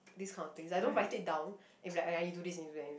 this kind of things I don't write it down if I ah ya you do this and you do that